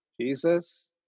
Jesus